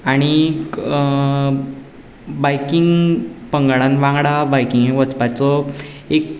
आनीक बायकिंग पंगडा वांगडा बायकिंगे वचपाचो एक